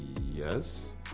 yes